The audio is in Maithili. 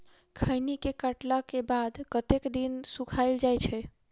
खैनी केँ काटला केँ बाद कतेक दिन सुखाइल जाय छैय?